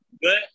Good